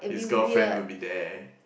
his girlfriend would be there